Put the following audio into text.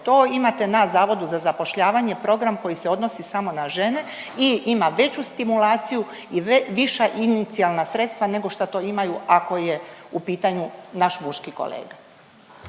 to imate na Zavodu za zapošljavanje program koji se odnosi samo na žene i ima veću stimulaciju i viša inicijalna sredstva nego šta to imaju ako je u pitanju naš muški kolega.